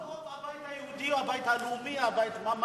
אנחנו מדברים על הבית היהודי או על הבית הלאומי או על מה?